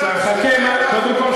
קודם כול,